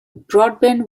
broadbent